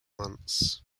months